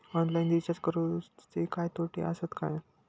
Online recharge करुचे काय तोटे आसत काय?